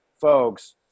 folks